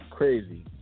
crazy